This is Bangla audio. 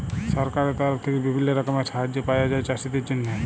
সরকারের তরফ থেক্যে বিভিল্য রকমের সাহায্য পায়া যায় চাষীদের জন্হে